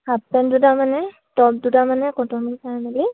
half pant দুটামানে top দুটামানে cotton চাই মেলি